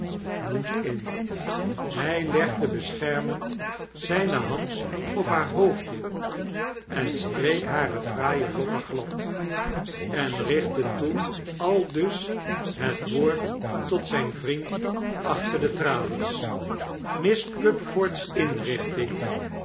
moed in hij legde beschermend zijne hand op haar hoofdje en streek bare fraaie lokken glad en richtte toen aldus het woord tot zijn vriend achter de tralies miss pupford's